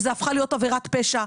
זאת הפכה להיות עבירת פשע,